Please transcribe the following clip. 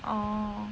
oh